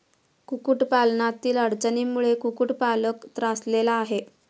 कुक्कुटपालनातील अडचणींमुळे कुक्कुटपालक त्रासलेला आहे